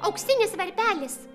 auksinis varpelis